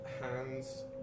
hands